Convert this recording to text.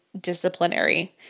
disciplinary